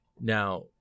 Now